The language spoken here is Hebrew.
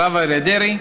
הרב אריה דרעי,